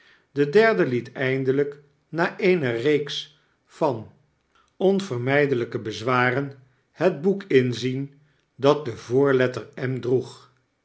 de derde liet eindeljk na eene reeks van onvermijdeljjke bezwaren het boek inzien dat de voorletter m droeg